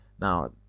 now